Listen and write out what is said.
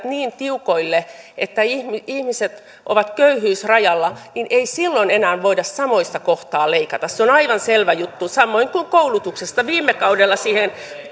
niin tiukoille että ihmiset ihmiset ovat köyhyysrajalla niin ei silloin enää voida samoista kohdista leikata se on aivan selvä juttu samoin on koulutuksessa viime kaudella siihen